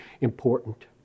important